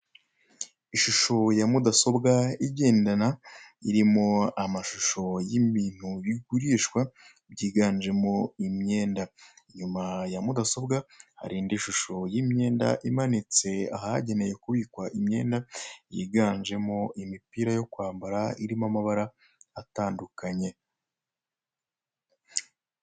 Ishusho ya mudasobwa igendana irimo amashusho y'ibintu bigurishwa byiganjemo imyenda inuma ya mudasobwa hari indi shusho y'imyenda yiganjemo imipira yo kwambara irimo amabara atandukanye.